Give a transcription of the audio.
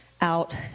out